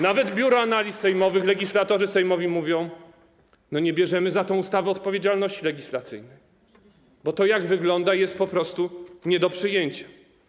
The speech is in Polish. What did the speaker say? Nawet Biuro Analiz Sejmowych, legislatorzy sejmowi mówią: my nie bierzemy za tę ustawę odpowiedzialności legislacyjnej, bo to, jak wygląda, jest po prostu nie do przyjęcia.